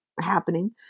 happening